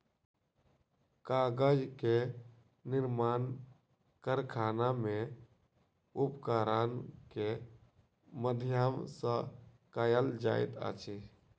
कागज के निर्माण कारखाना में उपकरण के माध्यम सॅ कयल जाइत अछि